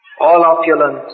all-opulent